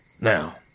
Now